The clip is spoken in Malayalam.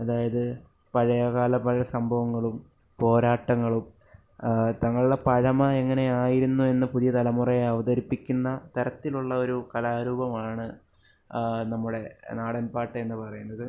അതായത് പഴയകാല പഴയ സംഭവങ്ങളും പോരാട്ടങ്ങളും തങ്ങളുടെ പഴമ എങ്ങനെ ആയിരുന്നു എന്ന് പുതിയ തലമുറയെ അവതരിപ്പിക്കുന്ന തരത്തിലുള്ള ഒരു കലാരൂപമാണ് നമ്മുടെ നാടൻപാട്ട് എന്ന് പറയുന്നത്